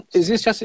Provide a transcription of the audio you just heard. existe